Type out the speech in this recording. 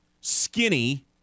skinny